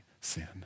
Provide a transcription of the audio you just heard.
sin